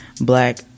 Black